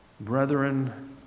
Brethren